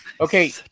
Okay